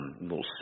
little